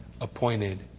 appointed